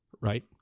right